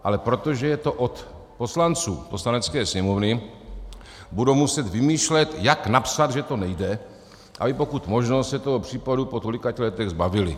Ale protože je to od poslanců, od Poslanecké sněmovny, budou muset vymýšlet, jak napsat, že to nejde, aby pokud možno se toho případu po tolika letech zbavily.